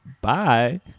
bye